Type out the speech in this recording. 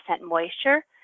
moisture